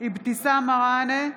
אבתיסאם מראענה,